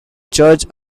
church